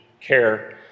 care